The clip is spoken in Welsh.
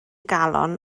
galon